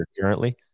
Currently